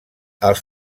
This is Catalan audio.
els